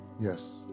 yes